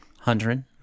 Hundred